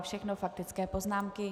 Všechno faktické poznámky.